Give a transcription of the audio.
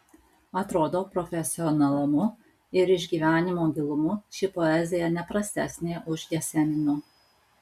atrodo profesionalumu ir išgyvenimo gilumu ši poezija ne prastesnė už jesenino